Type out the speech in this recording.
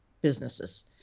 businesses